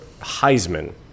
Heisman